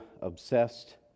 obsessed